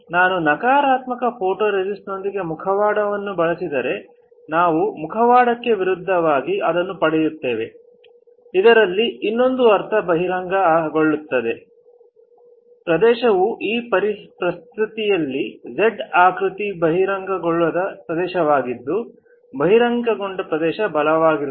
ನಾನು ನಕಾರಾತ್ಮಕ ಫೋಟೊರೆಸಿಸ್ಟ್ನೊಂದಿಗೆ ಮುಖವಾಡವನ್ನು ಬಳಸಿದರೆ ನಾವು ಮುಖವಾಡಕ್ಕೆ ವಿರುದ್ಧವಾಗಿ ಅದನ್ನು ಪಡೆಯುತ್ತೇವೆ ಇದರರ್ಥ ಇಲ್ಲಿ ಇನ್ನೊಂದು ಅರ್ಥ ಬಹಿರಂಗ ಗೊಳ್ಳದ ಪ್ರದೇಶ ಈ ಪ್ರಸ್ತುತಿ ಯಲ್ಲಿ Z ಆಕೃತಿಯ ಬಹಿರಂಗ ಗೊಳ್ಳದ ಪ್ರದೇಶವವಾಗಿದ್ದು ಬಹಿರಂಗಗೊಂಡ ಪ್ರದೇಶಗಳು ಬಲವಾಗಿರುತ್ತವೆ